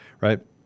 right